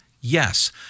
Yes